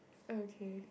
okay